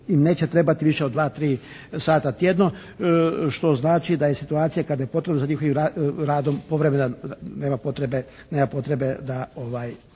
i neće trebati više od dva, tri sata tjedno što znači da je situacija kada je potreba za njihovim radom povremena nema potrebe da